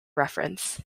reference